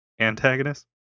antagonist